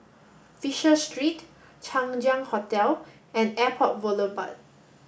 Fisher Street Chang Ziang Hotel and Airport Boulevard